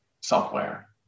software